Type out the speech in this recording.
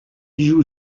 joue